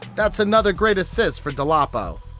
that's another great assist for dolapo.